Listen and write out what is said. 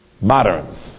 moderns